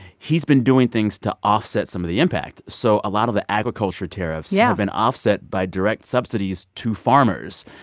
he's been doing things to offset some of the impact. so a lot of the agriculture tariffs. yeah. have been offset by direct subsidies to farmers.